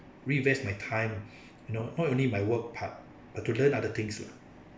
reinvest my time you know not only in my work but but to learn other things lah